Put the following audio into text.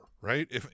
right